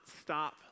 stop